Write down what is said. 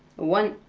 one,